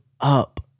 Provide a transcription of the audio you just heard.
up